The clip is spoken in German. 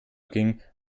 ging